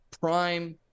prime